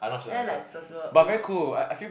then like circle